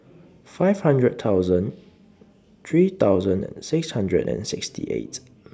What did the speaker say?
five hundred thousand three thousand six hundred and sixty eight